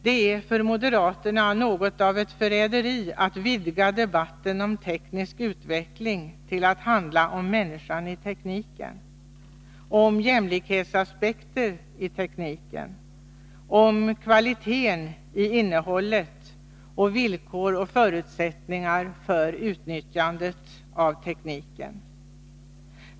För dem är det något av ett förräderi att vidga debatten om teknisk utveckling till att handla om människan i tekniken, om jämlikhetsaspekter i tekniken, om kvaliteten i innehållet och om villkor och förutsättningar för utnyttjandet av tekniken.